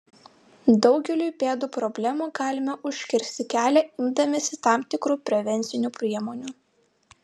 daugeliui pėdų problemų galime užkirsti kelią imdamiesi tam tikrų prevencinių priemonių